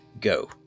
go